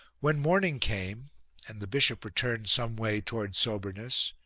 when morning came and the bishop returned some way towards soberness,